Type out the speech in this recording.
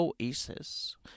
oasis